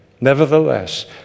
Nevertheless